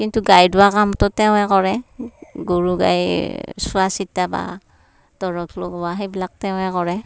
কিন্তু গাই ধোৱা কামটো তেওঁৱে কৰে গৰু গাই চোৱাচিতা বা দৰব লগোৱা সেইবিলাক তেওঁৱে কৰে